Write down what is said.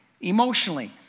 emotionally